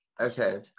Okay